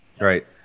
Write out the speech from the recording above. Right